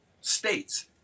states